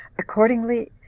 accordingly,